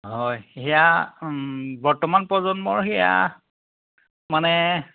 হয় সেয়া বৰ্তমান প্ৰজন্মৰ সেইয়া মানে